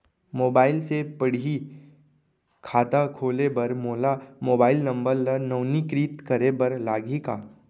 Mobile से पड़ही खाता खोले बर मोला मोबाइल नंबर ल नवीनीकृत करे बर लागही का?